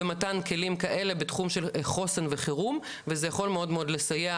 במתן כלים כאלה בתחום של חוסן וחירום וזה יכול מאוד מאוד לסייע